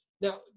Now